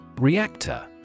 Reactor